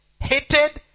hated